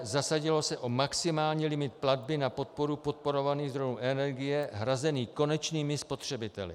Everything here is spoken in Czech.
Zasadilo se o maximální limit platby na podporu podporovaných zdrojů energie hrazených konečnými spotřebiteli.